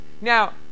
Now